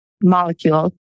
molecules